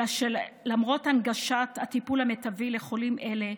אלא שלמרות הנגשת הטיפול המיטבי לחולים אלה,